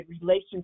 relationship